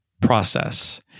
process